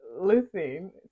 listen